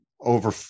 over